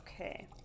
Okay